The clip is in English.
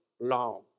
long